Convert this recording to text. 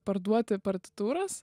parduoti partitūras